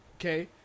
Okay